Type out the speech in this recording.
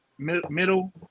middle